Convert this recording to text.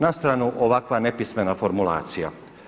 Nastranu ovakva nepismena formulacija.